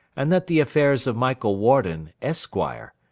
and that the affairs of michael warden, esquire,